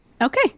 Okay